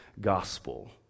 gospel